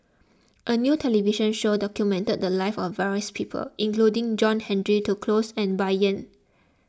a new television show documented the lives of various people including John Henry Duclos and Bai Yan